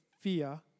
fear